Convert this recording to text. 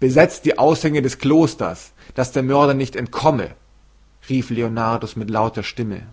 besetzt die ausgänge des klosters daß der mörder nicht entkomme rief leonardus mit lauter stimme